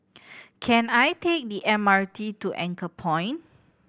can I take the M R T to Anchorpoint